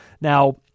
Now